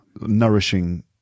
nourishing